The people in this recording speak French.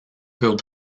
furent